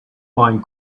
find